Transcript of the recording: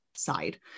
side